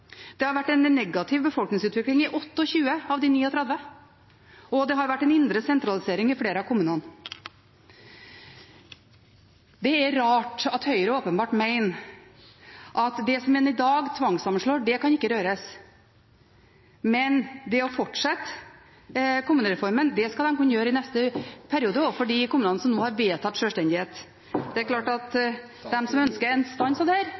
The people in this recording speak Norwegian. Det har vært en negativ befolkningsutvikling i 28 av de 39 kommunene, og det har vært en indre sentralisering i flere av dem. Det er rart at Høyre åpenbart mener at det som en i dag tvangssammenslår, ikke kan røres, men at man i neste periode skal kunne fortsette kommunereformen overfor de kommunene som nå har vedtatt sjølstendighet . Det er klart at de som ønsker en stans av dette, kan stemme for et ja til det